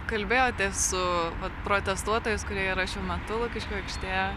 kalbėjotės su vat protestuotojais kurie yra šiuo metu lukiškių aikštėje